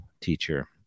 teacher